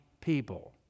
people